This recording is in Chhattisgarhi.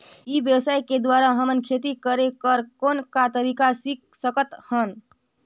ई व्यवसाय के द्वारा हमन खेती करे कर कौन का तरीका सीख सकत हन?